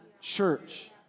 church